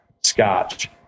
scotch